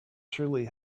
surely